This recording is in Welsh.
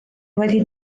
wedi